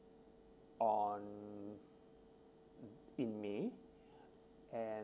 on in may and